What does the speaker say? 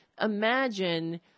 imagine—